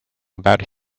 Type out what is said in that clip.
about